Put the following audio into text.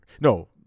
no